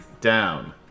Down